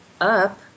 up